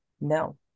No